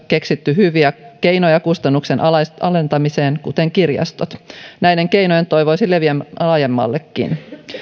keksitty hyviä keinoja kustannusten alentamiseen kuten kirjastot näiden keinojen toivoisi leviävän laajemmallekin